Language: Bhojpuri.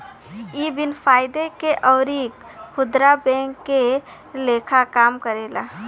इ बिन फायदा के अउर खुदरा बैंक के लेखा काम करेला